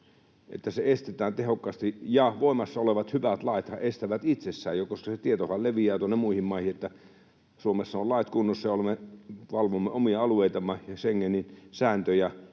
että se estetään tehokkaasti. Ja voimassa olevat hyvät laithan estävät jo itsessään, koska se tietohan leviää tuonne muihin maihin, että Suomessa ovat lait kunnossa ja valvomme omia alueitamme ja Schengenin sääntöjä